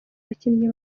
abakinnyi